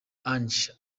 ange